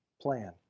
plan